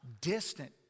distant